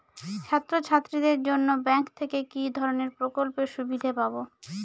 ছাত্রছাত্রীদের জন্য ব্যাঙ্ক থেকে কি ধরণের প্রকল্পের সুবিধে পাবো?